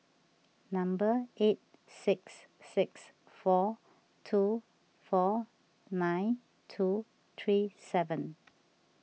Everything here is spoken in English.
number eight six six four two four nine two three seven